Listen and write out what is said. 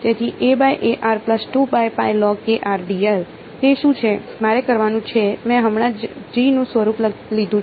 તેથી તે શું છે મારે કરવાનું છે મેં હમણાં જ G નું સ્વરૂપ લીધું છે